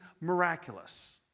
miraculous